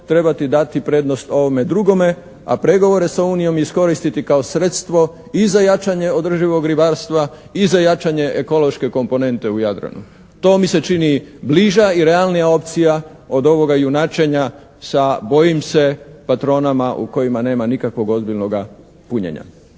trebati dati prednost ovome drugome a pregovore sa unijom iskoristiti kao sredstvo i za jačanje održivog ribarstva i za jačanje ekološke komponente u Jadranu, to mi se čini bliža i realnija opcija od ovoga junačenja sa bojim se patronama u kojima nema nikakvog ozbiljnoga punjenja.